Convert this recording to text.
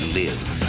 live